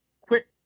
quick